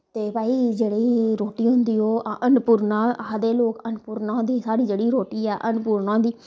ते भाई जेह्ड़ी रोटी होंदी ओह् अन्नपुर्णा आखदे लोग अन्नपुर्णा होंदी साढ़ी जेह्ड़ी रोटी ऐ अन्नपुर्णा होंदी